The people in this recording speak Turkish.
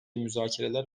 müzakereler